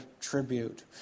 tribute